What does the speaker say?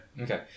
Okay